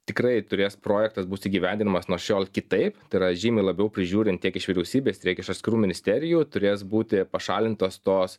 tikrai turės projektas bus įgyvendinamas nuo šiol kitaip tai yra žymiai labiau prižiūrint tiek iš vyriausybės tiek iš askirų ministerijų turės būti pašalintos tos